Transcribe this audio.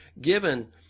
given